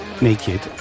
Naked